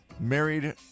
Married